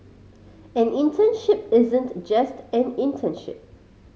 an internship isn't just an internship